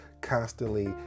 constantly